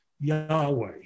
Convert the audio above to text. Yahweh